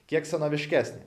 kiek senoviškesnį